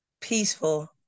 peaceful